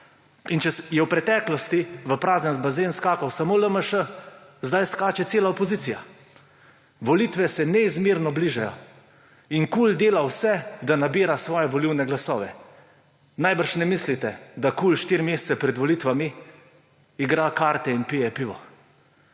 Če je v preteklosti v prazen bazen skakal samo LMŠ, zdaj skače cela opozicija. Volitve se neizmerno bližajo in KUL dela vse, da nabira svoje volilne glasove. Najbrž ne mislite, da KUL štiri mesece pred volitvami igra karte in pije pivo.